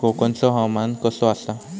कोकनचो हवामान कसा आसा?